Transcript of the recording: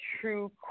true